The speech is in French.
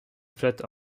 flotte